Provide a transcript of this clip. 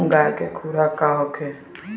गाय के खुराक का होखे?